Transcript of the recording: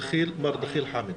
מר דחיל חאמד.